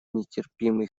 нетерпимый